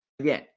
again